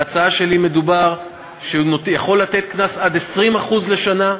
לפי ההצעה שלי הוא יכול לתת קנס עד 20% בשנה,